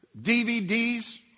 DVDs